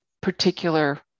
particular